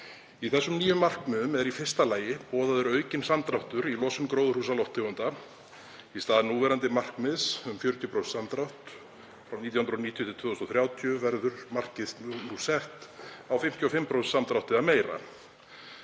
Í nýju markmiðunum er í fyrsta lagi boðaður aukinn samdráttur í losun gróðurhúsalofttegunda. Í stað núverandi markmiðs um 40% samdrátt frá 1990–2030 verður markið nú sett á 55% samdrátt eða meira.